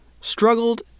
struggled